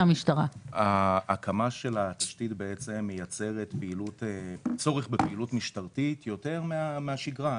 ההקמה של התפקיד מייצרת צורך בפעילות משטרתית יותר מאשר בשגרה.